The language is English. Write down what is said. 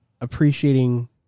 appreciating